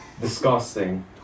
Disgusting